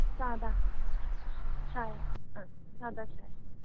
സാദാ ചായ അ സാദാ ചായ